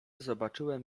zobaczyłem